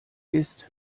ist